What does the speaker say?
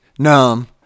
Numb